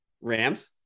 Rams